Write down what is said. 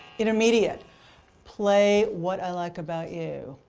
intermediate play, what i like about you.